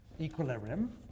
Equilibrium